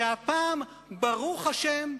שהפעם, ברוך השם,